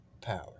power